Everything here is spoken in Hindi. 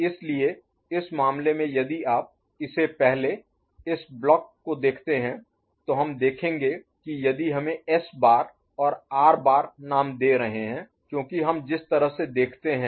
इसलिए इस मामले में यदि आप इस पहले इस ब्लॉक Block खंड को देखते हैं तो हम देखेंगे कि यदि हम इसे S बार और R बार नाम दे रहे हैं क्योंकि हम जिस तरह से देखते हैं